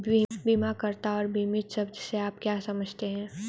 बीमाकर्ता और बीमित शब्द से आप क्या समझते हैं?